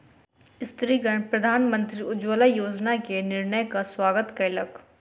स्त्रीगण प्रधानमंत्री उज्ज्वला योजना के निर्णयक स्वागत कयलक